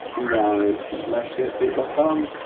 nice, smashed it. feet back on.